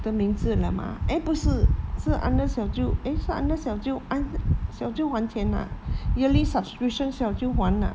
的名字了吗 eh 不是是 under 小舅 eh 是 under 小舅 und~ 小舅还钱 lah yearly subscription 小舅还 lah